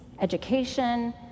education